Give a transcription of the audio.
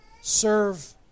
Serve